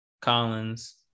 Collins